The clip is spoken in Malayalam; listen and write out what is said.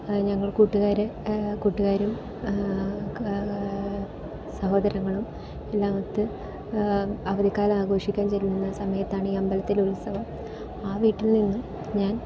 ഞങ്ങൾ കൂട്ടുകാർ കൂട്ടുകാരും സഹോദരങ്ങളും എല്ലാമൊത്ത് അവധിക്കാലം ആഘോഷിക്കാൻ ചെല്ലുന്ന സമയത്ത് ആണീ അമ്പൽത്തിൽ ഉത്സവം ആ വീട്ടിൽനിന്നും ഞാൻ